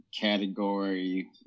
category